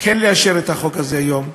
כן לאשר את החוק הזה היום,